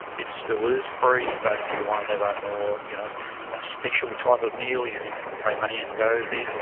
it still is free but if you want to have a more, you know a special type of meal you can pay money and go there.